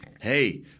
hey